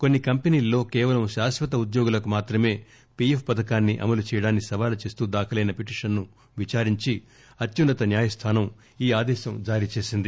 కొన్ని కంపెనీల్లో కేవలం శాశ్వత ఉద్యోగులకు మాత్రమే పీఎఫ్ పథకాన్ని అమలు చేయడాన్ని సవాలుచేస్తూ దాఖలైన పిటిషన్ ను విచారించి అత్యున్నత న్యాయస్థానం ఈ ఆదేశం జారీచేసింది